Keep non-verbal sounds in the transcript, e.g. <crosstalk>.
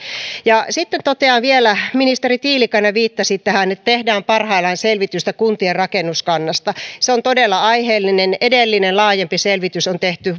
sitten totean vielä kun ministeri tiilikainen viittasi tähän että tehdään parhaillaan selvitystä kuntien rakennuskannasta se on todella aiheellinen edellinen laajempi selvitys on tehty <unintelligible>